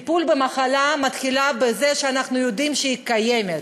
טיפול במחלה מתחיל בזה שאנחנו יודעים שהיא קיימת.